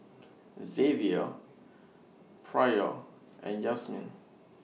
Zavier Pryor and Yazmin